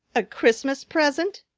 a christmas present?